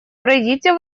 пройдите